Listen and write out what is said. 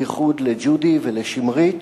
בייחוד לג'ודי ולשמרית.